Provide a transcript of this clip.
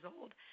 old